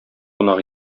кунак